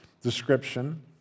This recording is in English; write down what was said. description